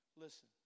Listen